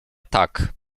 tak